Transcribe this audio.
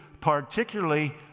particularly